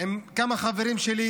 עם כמה חברים שלי,